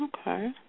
Okay